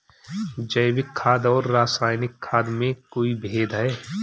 जैविक खाद और रासायनिक खाद में कोई भेद है?